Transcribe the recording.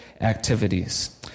activities